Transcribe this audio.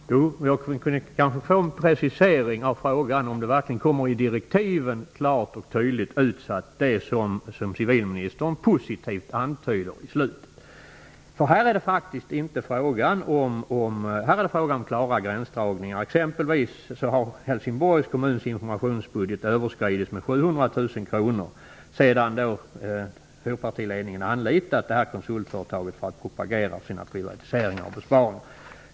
Fru talman! Jag skulle kanske kunna få en precisering av frågan om ifall det klart och tydligt verkligen kommer att utsägas i direktiven det som civilministern avslutade med att positivt antyda. Här är det fråga om klara gränsdragningar. Helsingborgs kommuns informationsbudget har t.ex. överskridits med 700 000 kr efter det att flerpartiledningen har anlitat detta konsultföretag för att propagera för sina privatiseringar och besparingar.